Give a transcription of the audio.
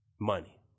Money